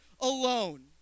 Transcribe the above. alone